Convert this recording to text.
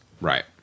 Right